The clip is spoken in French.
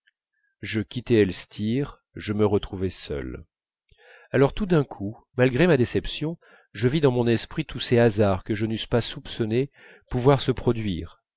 je quittai elstir je me retrouvai seul alors tout d'un coup malgré ma déception je vis dans mon esprit tous ces hasards que je n'eusse pas soupçonné pouvoir se produire